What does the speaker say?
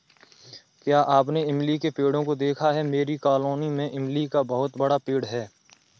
क्या आपने इमली के पेड़ों को देखा है मेरी कॉलोनी में इमली का बहुत बड़ा पेड़ है